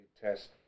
test